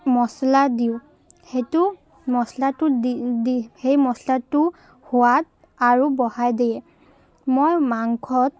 মচলা দিওঁ সেইটো মচলাটো দি দি সেই মচলাটো সোৱাদ আৰু বঢ়াই দিয়ে মই মাংসত